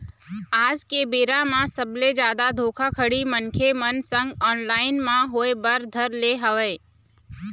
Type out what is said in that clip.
आज के बेरा म सबले जादा धोखाघड़ी मनखे मन संग ऑनलाइन म होय बर धर ले हवय